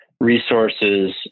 resources